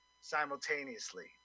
simultaneously